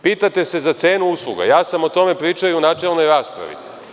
Pitate se za cenu usluga, ja sam o tome pričao i u načelnoj raspravi.